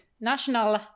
national